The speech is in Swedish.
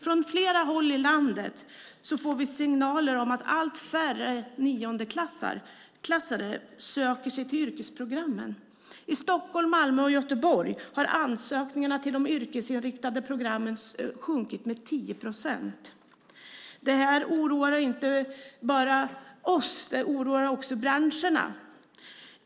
Från flera håll i landet får vi signaler om att allt färre niondeklassare söker sig till yrkesprogrammen. I Stockholm, Malmö och Göteborg har ansökningarna till de yrkesinriktade programmen minskat med 10 procent. Detta oroar inte bara oss, utan det oroar också branscherna.